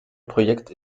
projekt